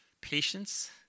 patience